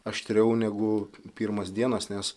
aštriau negu pirmos dienos nes